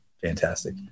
fantastic